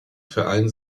vereinen